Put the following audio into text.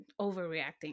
overreacting